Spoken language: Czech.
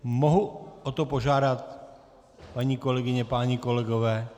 Mohu o to požádat, paní kolegyně, páni kolegové?